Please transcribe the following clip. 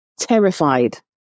Terrified